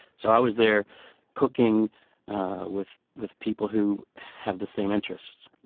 so i was there cooking with with people who have the same interests.